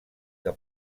que